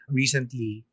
recently